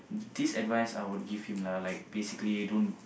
this advice I would give him lah like basically don't